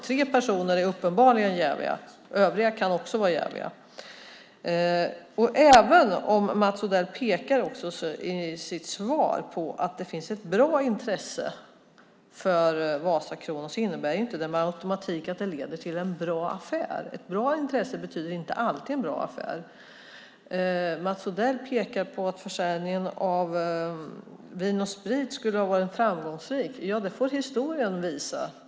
Tre personer är uppenbarligen jäviga, och övriga kan också vara jäviga. Även om Mats Odell i sitt svar pekar på att det finns ett bra intresse för Vasakronan innebär inte det med automatik att det leder till en bra affär. Ett bra intresse betyder inte alltid en bra affär. Mats Odell pekar på att försäljningen av Vin & Sprit skulle ha varit framgångsrik. Ja, det får historien visa.